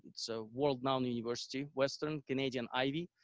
so world known university western canadian ivy,